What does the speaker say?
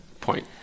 point